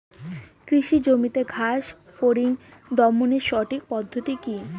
কৃষি জমিতে ঘাস ফরিঙ দমনের সঠিক পদ্ধতি কি?